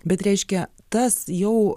bet reiškia tas jau